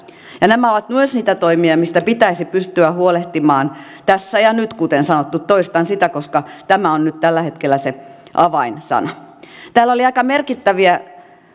ja nämä ovat myös niitä toimia mistä pitäisi pystyä huolehtimaan tässä ja nyt kuten sanottu toistan sitä koska tämä on nyt tällä hetkellä se avainsana täällä oli aika merkittäviä